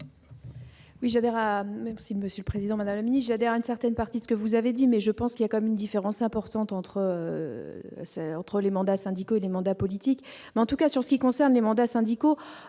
IgE adhère une certaine partie ce que vous avez dit mais je pense qu'il y a quand même une différence importante entre autres les mandats syndicaux des mandats politiques, mais en tout cas sur ce qui concerne les mandats syndicaux,